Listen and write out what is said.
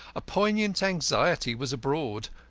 a poignant anxiety was abroad.